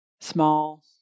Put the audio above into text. Small